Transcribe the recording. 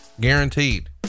guaranteed